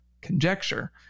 conjecture